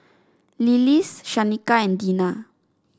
Lillis Shanika and Dina